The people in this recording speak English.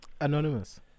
Anonymous